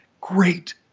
great